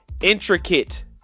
intricate